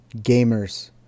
gamers